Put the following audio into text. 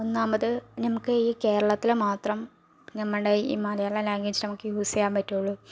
ഒന്നാമത് നമുക്ക് ഈ കേരളത്തില് മാത്രം നമ്മുടെ ഈ മലയാളം ലാംഗ്വേജ് നമുക്ക് യൂസ് ചെയ്യാൻ പറ്റൂള്ളൂ